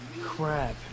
crap